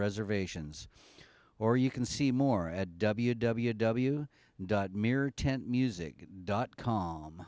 reservations or you can see more at w w w dot mirror tent music dot com